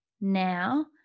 now